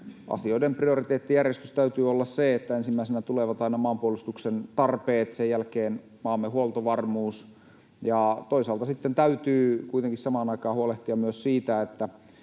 asioiden prioriteettijärjestyksen täytyy olla se, että ensimmäisenä tulevat aina maanpuolustuksen tarpeet, sen jälkeen maamme huoltovarmuus, ja toisaalta sitten täytyy kuitenkin samaan aikaan huolehtia myös siitä, että